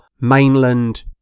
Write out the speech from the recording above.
mainland